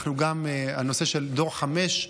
הנושא של דור 5,